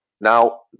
now